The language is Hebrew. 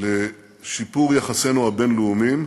לשיפור יחסינו הבין-לאומיים,